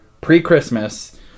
pre-christmas